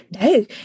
No